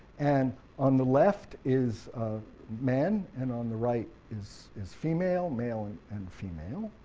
and on the left is men and on the right is is female, male and and female,